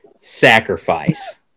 sacrifice